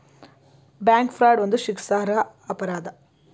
bank fraud ಒಂದು ಶಿಕ್ಷಾರ್ಹ ಅಪರಾಧ